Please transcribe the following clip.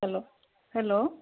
hello hello